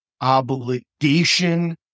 obligation